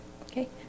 okay